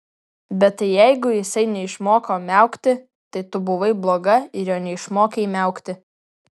bet tai jeigu jisai neišmoko miaukti tai tu buvai bloga ir jo neišmokei miaukti